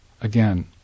again